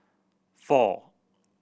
four